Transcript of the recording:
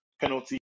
penalty